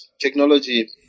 technology